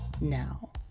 Now